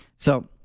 so,